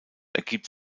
ergibt